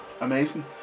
Amazing